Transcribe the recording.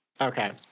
Okay